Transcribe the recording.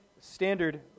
Standard